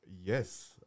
yes